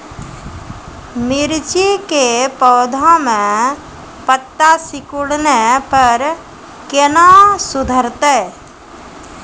मिर्ची के पौघा मे पत्ता सिकुड़ने पर कैना सुधरतै?